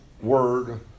word